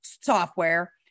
software